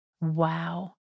Wow